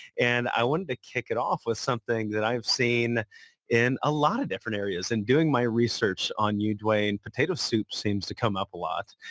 and i want to kick it off with something that i've seen in a lot of different areas. and doing my research on you, dwayne, potato soup seems to come up a lot.